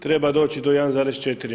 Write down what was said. Treba doći do 1,4.